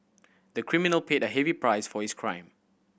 the criminal paid a heavy price for his crime